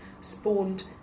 spawned